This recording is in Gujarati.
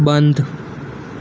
બંધ